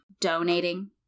donating